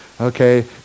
Okay